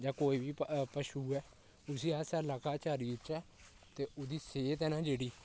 जां कोई बी पशु ऐ उसी अस सै'ल्ला घाऽ चारी औचे ते ओह्दी सेह्त ऐ ना जेह्ड़ी